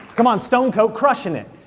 come on, stone coat crushin' it.